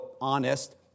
honest